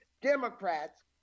Democrats